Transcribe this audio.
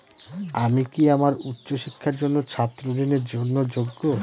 আমি কি আমার উচ্চ শিক্ষার জন্য ছাত্র ঋণের জন্য যোগ্য?